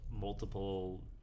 multiple